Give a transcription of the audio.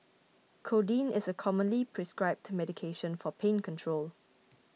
codeine is a commonly prescribed medication for pain control